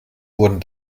wurden